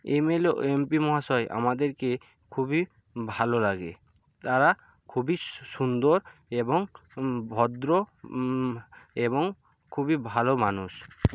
ML ও MP মহাশয় আমাদেরকে খুবই ভালো লাগে তারা খুবই সুন্দর এবং ভদ্র এবং খুবই ভালো মানুষ